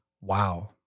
Wow